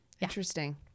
Interesting